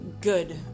good